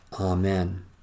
Amen